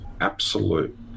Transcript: absolute